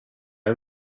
are